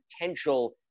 potential